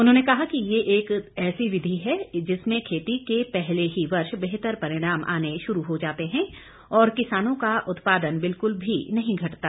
उन्होंने कहा कि यह एक ऐसी विधि है जिसमें खेती के पहले ही वर्ष बेहतर परिणाम आने शुरू हो जाते हैं और किसानों का उत्पादन बिल्कुल भी नहीं घटता